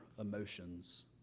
emotions